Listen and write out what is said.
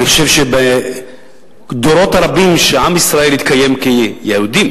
אני חושב שבדורות הרבים שעם ישראל התקיים כיהודים,